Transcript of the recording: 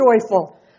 joyful